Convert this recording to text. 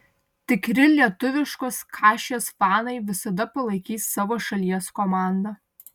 tikri lietuviškos kašės fanai visada palaikys savo šalies komandą